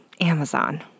Amazon